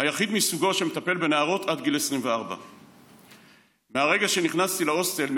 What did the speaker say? היחיד מסוגו שמטפל בנערות עד גיל 24. מהרגע שנכנסתי להוסטל,